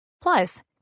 Plus